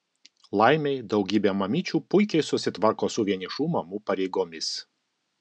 laimei daugybė mamyčių puikiai susitvarko su vienišų mamų pareigomis